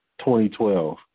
2012